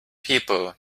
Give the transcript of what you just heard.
people